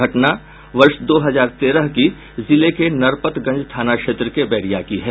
घटना वर्ष दो हजार तेरह की जिले के नरपतगंज थाना क्षेत्र के बैरिया की है